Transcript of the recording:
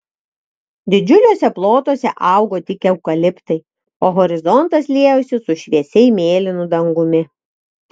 didžiuliuose plotuose augo tik eukaliptai o horizontas liejosi su šviesiai mėlynu dangumi